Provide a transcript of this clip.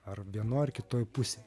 ar vienoj ar kitoj pusėj